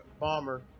bomber